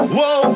Whoa